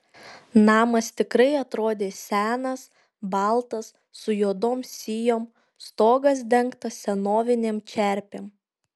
namas tikrai atrodė senas baltas su juodom sijom stogas dengtas senovinėm čerpėm